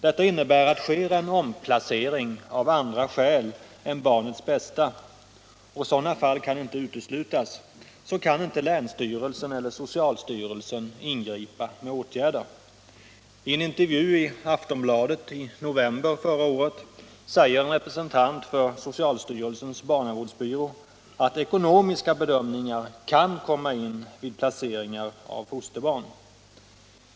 Detta innebär att sker en omplacering av andra skäl än barnets bästa — och sådana fall kan inte uteslutas — kan inte länsstyrelsen eller socialstyrelsen ingripa med åtgärder. I en intervju i Aftonbladet i november förra året sade en representant för socialstyrelsens barnavårdsbyrå att ekonomiska bedömningar kan komma in vid placeringar av fosterbarn.